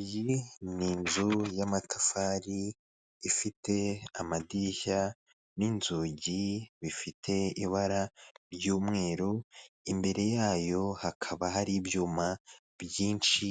Iyi ni inzu y'amatafari, ifite amadirishya n'inzugi bifite ibara ry'umweru, imbere yayo hakaba hari ibyuma byinshi